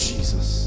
Jesus